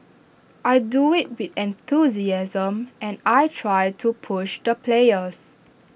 I do IT with enthusiasm and I try to push the players